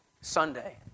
Sunday